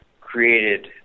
created